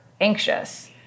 anxious